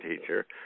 teacher